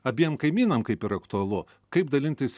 abiem kaimynam kaip ir aktualu kaip dalintis